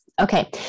Okay